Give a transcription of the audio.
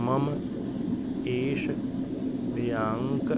मम एश् ब्याङ्क्